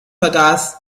vergaß